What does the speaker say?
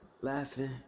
Laughing